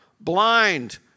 blind